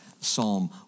Psalm